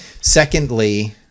Secondly